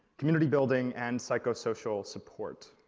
community building, and psychosocial support.